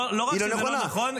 לא רק שזה לא נכון,